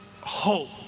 hope